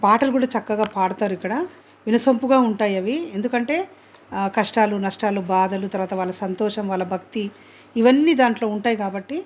పాటలు కూడా చక్కగా పాడతారు ఇక్కడ వినసొంపుగా ఉంటాయి అవి ఎందుకంటే కష్టాలు నష్టాలు బాధలు తర్వాత వాళ్ళు సంతోషం వాళ్ళ భక్తి ఇవి అన్నీ దాంట్లో ఉంటాయి కాబట్టి